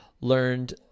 learned